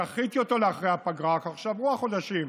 דחיתי אותו לאחר הפגרה, כך שעברו החודשים.